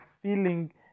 feeling